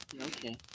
Okay